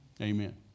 Amen